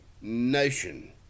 nation